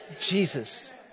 Jesus